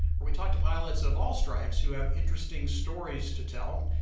where we talk to pilots of all stripes who have interesting stories to tell.